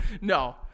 No